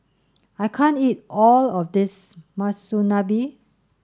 I can't eat all of this Monsunabe